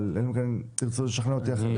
אלא אם תנסו לשכנע אותי אחרת.